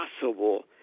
possible